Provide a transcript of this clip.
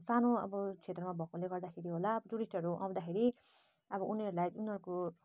सानो अब क्षेत्रमा भएकोले गर्दाखेरि होला टुरिस्टहरू आउँदाखेरि अब उनीहरूलाई उनीहरूको